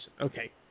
okay